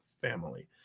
family